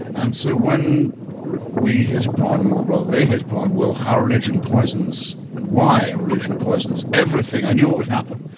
and so, when we hit upon or ah they hit upon, well, how religion poisons and why religion poisons everything, i knew what would happen,